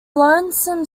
lonesome